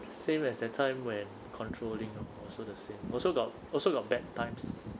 same as that time when controlling lor also the same also got also got bad times